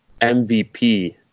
MVP